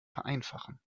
vereinfachen